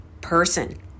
person